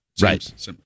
Right